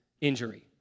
injury